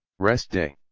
rest day.